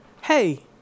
Hey